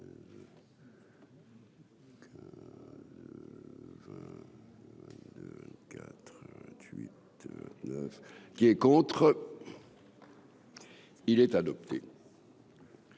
Qui est contre. Il est adopté.